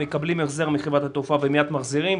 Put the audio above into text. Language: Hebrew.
מקבלים החזר מחברת התעופה ומייד מחזירים,